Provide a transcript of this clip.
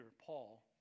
Paul